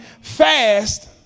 fast